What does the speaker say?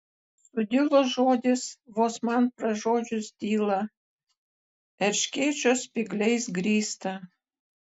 sudilo žodis vos man pražiodžius tylą erškėčio spygliais grįstą